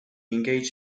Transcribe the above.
engaged